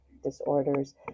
disorders